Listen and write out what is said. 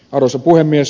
arvoisa puhemies